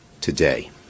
today